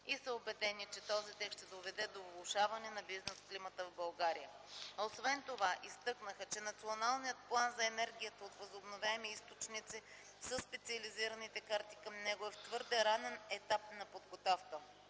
и са убедени, че този текст ще доведе до влошаване на бизнес климата в България. Освен това изтъкнаха, че Националният план за енергията от възобновяеми източници със специализираните карти към него е в твърде ранен етап на подготовка.